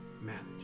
manage